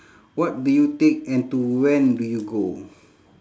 what do you take and to when do you go